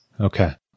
Okay